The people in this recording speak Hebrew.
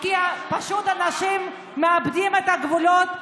כי פשוט אנשים מאבדים את הגבולות,